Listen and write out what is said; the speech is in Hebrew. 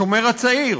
השומר הצעיר